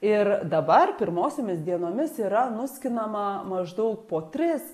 ir dabar pirmosiomis dienomis yra nuskinama maždaug po tris